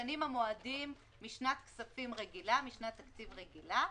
משתנים המועדים משנת תקציב רגילה.